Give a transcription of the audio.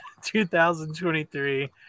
2023